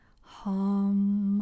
hum